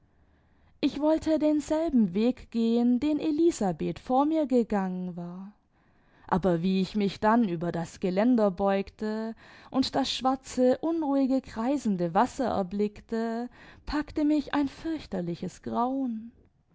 ich wollte denselben weg gehen den elisabeth vor mir gegangen war aber wie ich mich dann über das geländer beugte und das schwarze unruhige kreisende wasser erblickte packte mich ein fürchterliches grauen